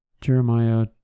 Jeremiah